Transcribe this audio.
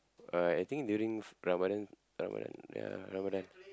uh I think during Ramadan Ramadan ya Ramadan